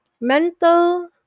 mental